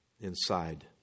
inside